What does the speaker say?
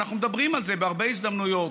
ואנחנו מדברים על זה בהרבה הזדמנויות,